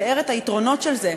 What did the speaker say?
תיאר את היתרונות של זה.